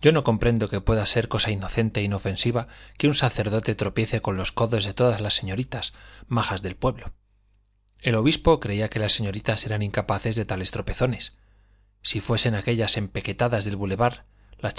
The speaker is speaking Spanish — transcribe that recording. yo no comprendo que pueda ser cosa inocente e inofensiva que un sacerdote tropiece con los codos de todas las señoritas majas del pueblo el obispo creía que las señoritas eran incapaces de tales tropezones si fuesen aquellas empecatadas del boulevard las